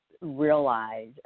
realize